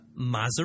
Maserati